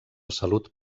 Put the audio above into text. salut